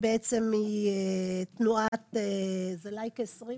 מתנועת לינק 20,